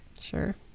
Sure